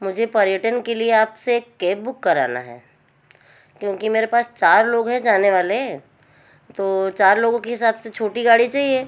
मुझे पर्यटन के लिए आपसे कैब बुक कराना है क्योंकि मेरे पास चार लोग है जाने वाले तो चार लोगों के हिसाब से छोटी गाड़ी चाहिए